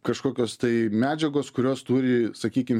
kažkokios tai medžiagos kurios turi sakykim